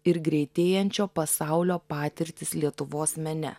ir greitėjančio pasaulio patirtys lietuvos mene